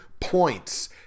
points